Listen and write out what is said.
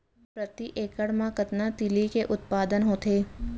प्रति एकड़ मा कतना तिलि के उत्पादन होथे?